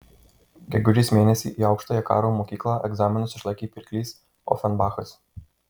gegužės mėnesį į aukštąją karo mokyklą egzaminus išlaikė pirklys ofenbachas